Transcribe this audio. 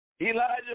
Elijah